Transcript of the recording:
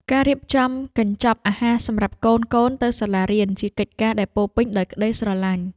ការរៀបចំកញ្ចប់អាហារសម្រាប់កូនៗទៅសាលារៀន ជាកិច្ចការដែលពោរពេញដោយក្តីស្រឡាញ់។